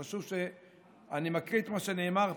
חשוב שאקריא את מה שנאמר פה,